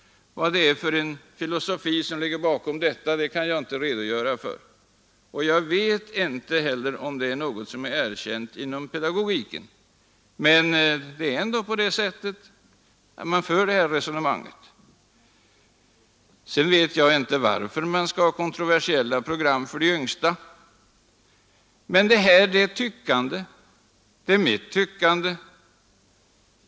Vilken filosofi som ligger bakom denna uppfattning kan jag inte redogöra för, och jag vet inte heller om det är en inom pedagogiken erkänd regel, men man för det resonemanget. Jag förstår över huvud taget inte varför det skulle behövas kontroversiella program för de yngsta, men här rör det sig om ett tyckande.